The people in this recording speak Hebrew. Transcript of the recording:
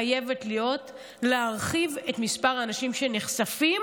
חייבת להיות להרחיב את מספר האנשים שנחשפים,